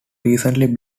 recently